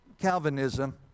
Calvinism